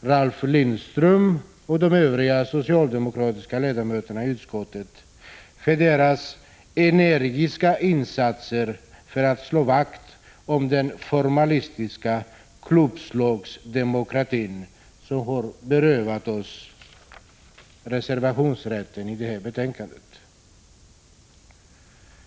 Ralf Lindström och de övriga socialdemokratiska ledamöterna i utskottet för deras energiska insatser att slå vakt om den formalistiska klubbslagsdemokrati som har berövat oss reservationsrätten när det gäller detta betänkande.